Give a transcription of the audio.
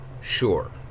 Sure